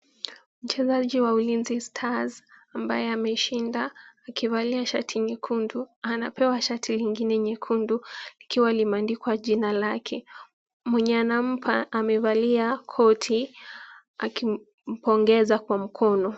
Mchezaji wa Ulinzi Stars ambaye ameshinda, akivalia shati nyekundu, anapewa shati lingine nyekundu, likiwa limeandikwa jina lake. Mwenye anampa amevalia koti akimpongeza kwa mkono.